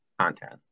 content